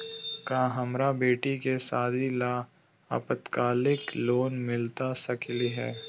का हमरा बेटी के सादी ला अल्पकालिक लोन मिलता सकली हई?